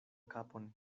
kapon